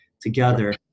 together